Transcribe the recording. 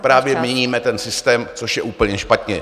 ... právě měníme ten systém, což je úplně špatně.